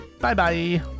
Bye-bye